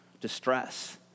distress